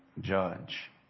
judge